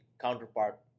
counterpart